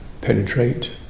penetrate